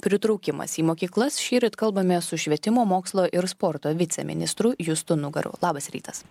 pritraukimas į mokyklas šįryt kalbamės su švietimo mokslo ir sporto viceministru justu nugaru labas rytas